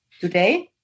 Today